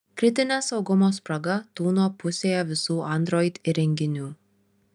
kritinė saugumo spraga tūno pusėje visų android įrenginių